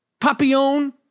Papillon